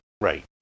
Right